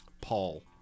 Paul